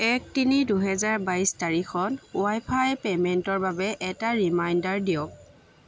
এক তিনি দুহেজাৰ বাইছ তাৰিখত ৱাই ফাইৰ পে'মেণ্টৰ বাবে এটা ৰিমাইণ্ডাৰ দিয়ক